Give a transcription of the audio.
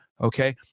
okay